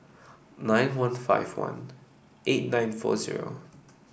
nine one five one eight nine four zero